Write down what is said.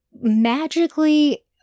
magically